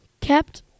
kept